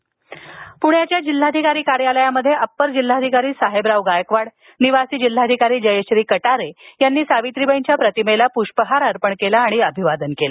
पृण्याच्या जिल्हाधिकारी कार्यालयात अप्पर जिल्हाधिकारी साहेबराव गायकवाड निवासी जिल्हाधिकारी जयश्री कटारे यांनी सावित्रीबाईंच्या प्रतिमेस पृष्पहार अर्पण करून अभिवादन केलं